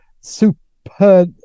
super